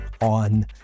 on